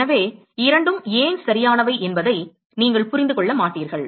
எனவே இரண்டும் ஏன் சரியானவை என்பதை நீங்கள் புரிந்து கொள்ள மாட்டீர்கள்